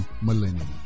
millennium